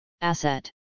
asset